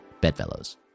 Bedfellows